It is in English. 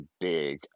big